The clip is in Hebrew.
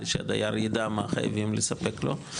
בשביל שהדייר יידע מה חייבים לספק לו,